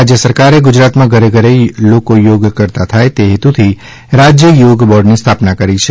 રાજ્ય સરકારે ગુજરાતમાં ઘરે ઘરે લોકો યોગ કરતા થાય તે હેતુથી રાજ્ય યોગ બોર્ડની સ્થાપના કરી છે